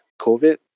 COVID